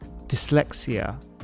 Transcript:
dyslexia